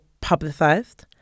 publicized